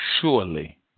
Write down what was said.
surely